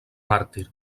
màrtir